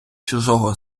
чужого